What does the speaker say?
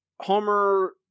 Homer